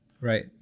Right